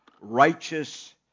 righteous